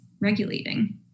regulating